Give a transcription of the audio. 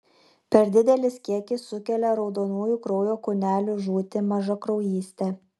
per didelis kiekis sukelia raudonųjų kraujo kūnelių žūtį mažakraujystę